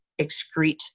excrete